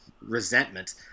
resentment